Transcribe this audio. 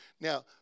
Now